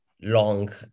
Long